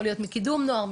יכול להיות מקידום נוער,